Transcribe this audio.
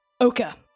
Oka